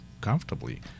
comfortably